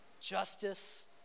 justice